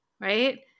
Right